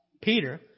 Peter